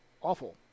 awful